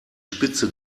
spitze